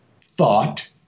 thought